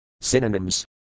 Synonyms